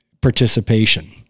participation